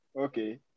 Okay